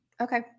Okay